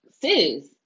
sis